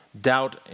doubt